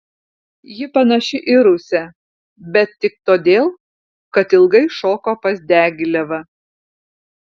ji panaši į rusę bet tik todėl kad ilgai šoko pas diagilevą